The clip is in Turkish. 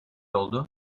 oldu